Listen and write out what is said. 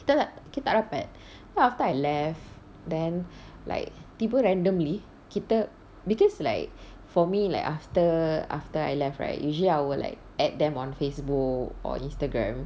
kita tak kita tak rapat then after I left then like tiba randomly kita because like for me like after after I left right usually I will like add them on facebook or instagram